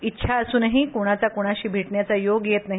इच्छा असूनही कोणाचा कोणाशी भेटण्याचा योग येत नाही